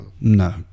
no